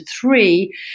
three